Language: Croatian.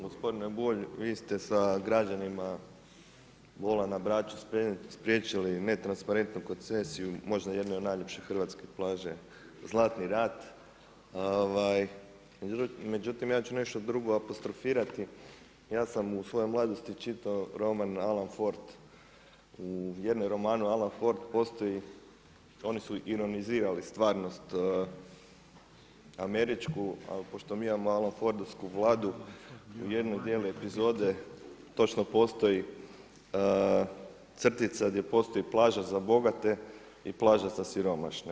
Gospodine Bulj, vi ste sa građanima Bola na Braču, spriječili netransparentnu koncesiju, možda jednu od najljepših hrvatskih plaža Zlatni rat, ja ću nešto drugo apostrofirati, ja sam u svojoj mladosti čitao roman Alan Ford u jednom romanu Alan Ford, postoji, oni su ionizirali stvarnost američku, ali pošto mi imamo Alan Fordovsku Vladu u jednom dijelu epizode, točno postoji crtica gdje postoji plaža za bogate i plaža za siromašne.